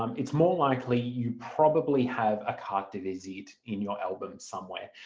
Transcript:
um it's more likely you probably have a carte de visite in your album somewhere.